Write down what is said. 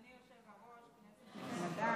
אדוני היושב-ראש, כנסת נכבדה,